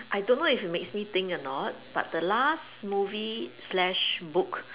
I don't know if it makes me think or not but the last movie slash book